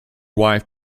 wife